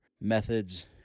methods